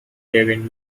kevin